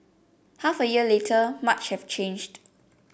half a year later much have changed